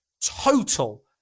total